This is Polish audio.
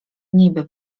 niby